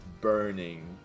burning